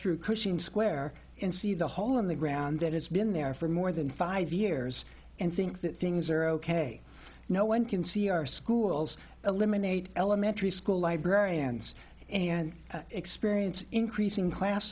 through cushing square and see the hole in the ground that has been there for more than five years and think that things are ok no one can see our schools eliminate elementary school librarians and experience increasing class